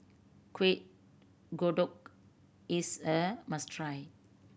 Kueh Kodok is a must try